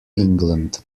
england